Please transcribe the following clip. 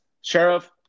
Sheriff